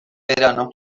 verano